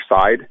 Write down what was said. side